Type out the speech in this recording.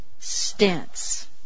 stents